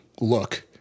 look